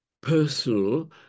personal